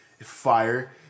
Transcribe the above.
Fire